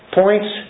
points